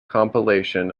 compilation